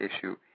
issue